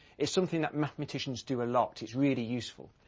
it's something that mathematicians do a lot. it's really useful.